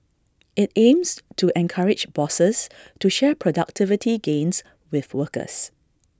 IT aims to encourage bosses to share productivity gains with workers